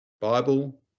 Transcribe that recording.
Bible